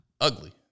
ugly